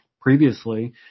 previously